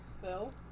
Phil